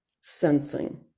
sensing